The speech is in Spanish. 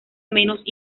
menos